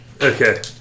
Okay